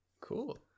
Cool